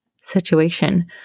situation